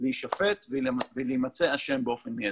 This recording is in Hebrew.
להישפט ולהימצא אשם באופן מיידי.